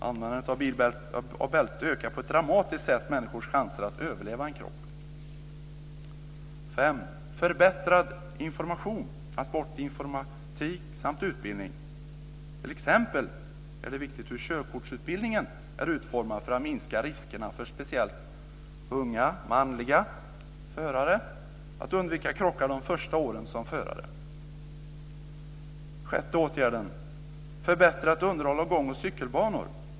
Användandet av bälte ökar på ett dramatiskt sätt människors chanser att överleva en krock. 5. Förbättrad information, transportinformatik samt utbildning. T.ex. är det viktigt hur körkortsutbildningen är utformad för att minska riskerna för speciellt unga manliga förare så att de kan undvika krockar de första åren som förare. 6. Förbättrat underhåll av gång och cykelbanor.